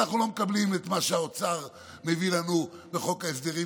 אנחנו לא מקבלים את מה שהאוצר מביא לנו בחוק ההסדרים,